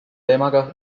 teemaga